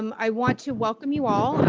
um i want to welcome you all.